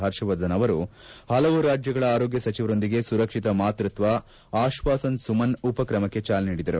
ಪರ್ಷವರ್ಧನ್ ಅವರು ಪಲವು ರಾಜ್ಯಗಳ ಆರೋಗ್ಯ ಸಚಿವರೊಂದಿಗೆ ಸುರಕ್ಷಿತ ಮಾತೃತ್ವ ಆಶ್ವಾಸನ್ ಸುಮನ್ ಉಪಕ್ರಮಕ್ಕೆ ಚಾಲನೆ ನೀಡಿದರು